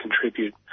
contribute